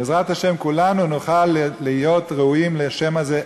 בעזרת השם כולנו נוכל להיות ראויים לשם הזה,